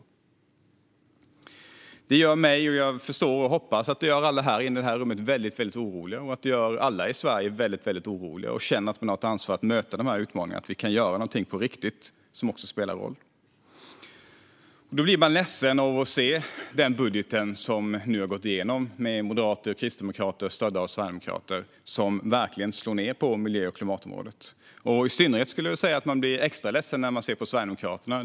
Detta gör mig väldigt orolig, och jag förstår och hoppas att det gör alla här inne i detta rum och alla i Sverige väldigt oroliga. Man känner att man har ett ansvar att möta dessa utmaningar. Vi kan göra någonting på riktigt som också spelar roll. Då blir man ledsen av att se den budget som nu har gått igenom, som kommer från moderater och kristdemokrater som fått stöd av sverigedemokrater. Den slår verkligen ned på miljö och klimatområdet. I synnerhet skulle jag vilja säga att man blir extra ledsen när man ser på Sverigedemokraternas förslag.